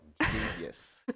Yes